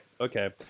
okay